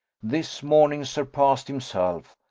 this morning surpassed himself,